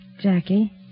Jackie